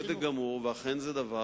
בצדק גמור, ואכן זה דבר